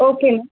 okay ma'am